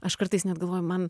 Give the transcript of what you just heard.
aš kartais net galvoju mjan